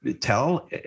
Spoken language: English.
tell